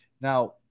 Now